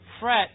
fret